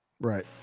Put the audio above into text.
Right